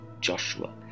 Joshua